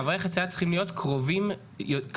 מעברי החצייה צריכים להיות קרובים כמה